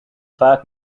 vaak